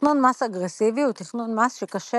תכנון מס אגרסיבי הוא תכנון מס שקשה